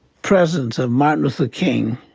presence of martin luther king